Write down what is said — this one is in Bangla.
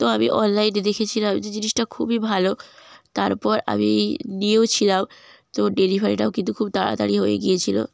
তো আমি অনলাইনে দেখেছিলাম যে জিনিসটা খুবই ভালো তারপর আমি নিয়েওছিলাম তো ডেলিভারিটাও কিন্তু খুব তাড়াতাড়ি হয়ে গিয়েছিলো